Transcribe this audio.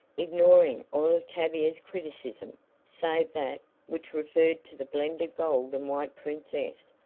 ignoring all of tavia's criticism save that which referred to the blended gold and white princess.